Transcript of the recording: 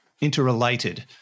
interrelated